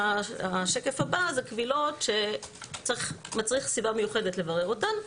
השקף הבא זה קבילות שמצריך סיבה מיוחדת לברר אותן.